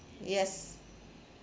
yes